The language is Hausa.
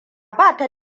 bata